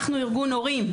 אנחנו ארגון הורים,